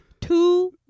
two